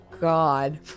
God